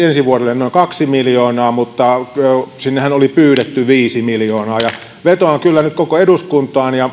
ensi vuodelle noin kaksi miljoonaa mutta sinnehän oli pyydetty viisi miljoonaa vetoan kyllä nyt koko eduskuntaan ja